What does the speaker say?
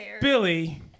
Billy